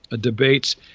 debates